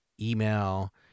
email